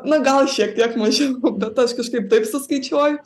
na gal šiek tiek mažiau bet aš kažkaip taip suskaičiuoju